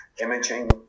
imaging